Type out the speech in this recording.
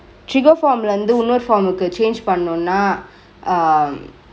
trigo form ல இருந்து உன்னொரு:la irunthu unnoru form கு:ku changke பன்னனுனா:pannanunaa um